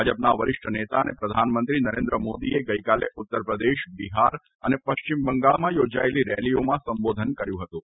ભાજપના વરિષ્ઠ નેતા અને પ્રધાનમંત્રી નરેન્દ્ર મોદીએ ગઇકાલે ઉત્તરપ્રદેશ બિહાર અને પશ્ચિમ બંગાળમાં યોજાયેલી રેલીઓમાં સંબોધન કર્યું હતું